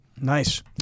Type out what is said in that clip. Nice